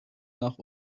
nach